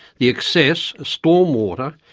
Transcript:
the excess, storm water,